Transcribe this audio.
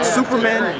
Superman